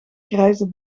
grijze